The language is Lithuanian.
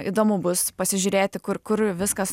įdomu bus pasižiūrėti kur kur viskas